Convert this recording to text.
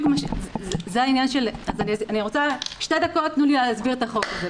תנו לי שתי דקות להסביר את החוק.